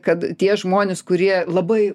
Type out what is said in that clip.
kad tie žmonės kurie labai